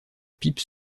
pipe